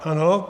Ano.